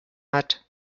hat